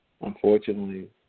Unfortunately